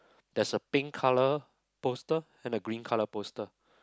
there's a pink colour poster and a green colour poster